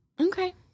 Okay